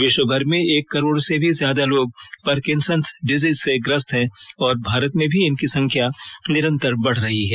विश्व भर में एक करोड़ से भी ज्यादा लोग पार्किंसंस डिजीज से ग्रस्त हैं और भारत में भी इनकी संख्या निरंतर बढ़ रही है